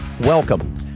welcome